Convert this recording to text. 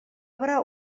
obra